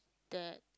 that